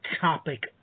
topic